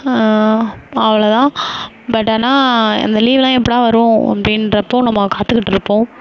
அவ்வளோதான் பட் ஆனால் அந்த லீவுலாம் எப்படா வரும் அப்படீன்றப்போ நம்ம காத்துக்கிட்டு இருப்போம்